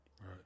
Right